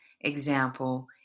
example